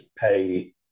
pay